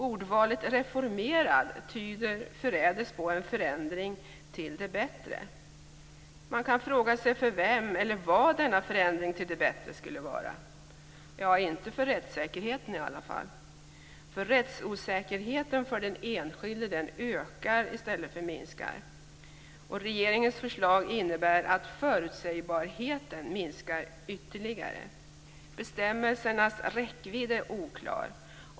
Ordvalet reformerad tyder förrädiskt på en förändring till det bättre. Man kan fråga sig för vem eller vad denna förändring till det bättre skulle vara. Ja, inte för rättssäkerheten i alla fall. Rättsosäkerheten för den enskilde ökar i stället för att minska. Regeringens förslag innebär att förutsägbarheten minskar ytterligare. Bestämmelsernas räckvidd är oklar.